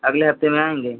अगले हफ्ते में आएँगे